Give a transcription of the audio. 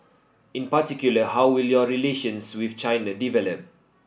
in particular how will your relations with China develop